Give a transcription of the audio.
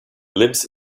lives